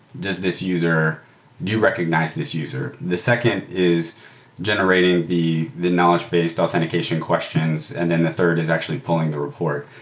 does this user do you recognize this user? the second is generating the the knowledge-based authentication questions, and then the third is actually pulling the report.